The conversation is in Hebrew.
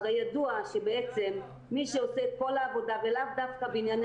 הרי ידוע שבעצם מי שעושה את כל העבודה ולאו דווקא בעניין